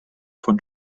von